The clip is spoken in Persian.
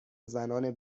زنان